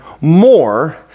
more